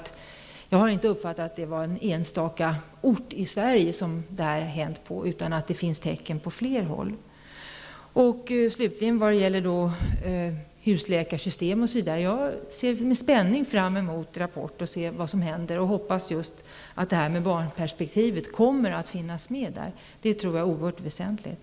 Jag har inte uppfattat att det här bara har hänt på en enstaka ort i Sverige. Det finns sådana tecken på flera håll. Avslutningsvis ser jag med spänning fram mot rapporten och att få se vad som händer när det gäller husläkarsystemet. Jag hoppas att barnperspektivet kommer att finnas med. Det tror jag är oerhört väsentligt.